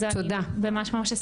אז אני ממש אשמח.